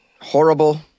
horrible